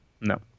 No